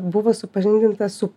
buvo supažindintas su